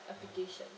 application